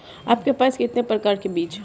आपके पास कितने प्रकार के बीज हैं?